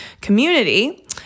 Community